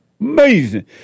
Amazing